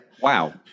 wow